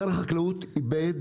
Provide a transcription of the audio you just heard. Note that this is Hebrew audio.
שר החקלאות איבד